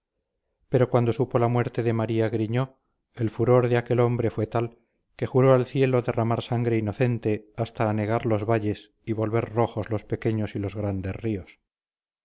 pero cuando supo la muerte de maría griñó el furor de aquel hombre fue tal que juró al cielo derramar sangre inocente hasta anegar los valles y volver rojos los pequeños y los grandes ríos